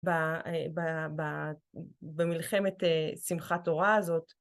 במלחמת שמחת תורה הזאת.